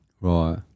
Right